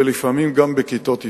ולפעמים גם בכיתות אטיות.